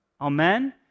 Amen